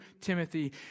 Timothy